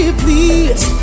please